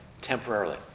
temporarily